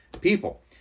people